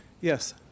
Yes